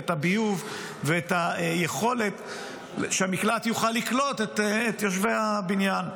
את הביוב ואת יכולת המקלט לקלוט את יושבי הבניין.